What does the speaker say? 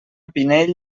pinell